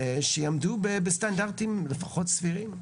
שיעמדו בסטנדרטים לפחות סבירים.